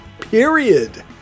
period